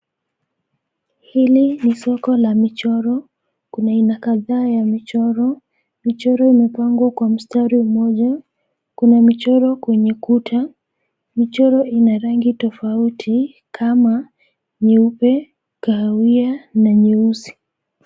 Hili ni soko la michoro, kuna aina kadhaa ya michoro. Michoro imepangwa kwa mstari mmoja. Kuna michoro kwenye kuta, michoro ina rangi tofauti, kama, nyeupe, kahawia na nyeusi.